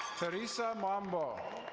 theresa mamball.